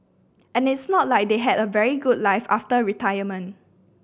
and it's not like they had a very good life after retirement